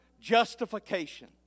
justification